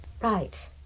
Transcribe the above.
Right